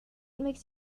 makes